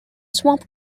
swamp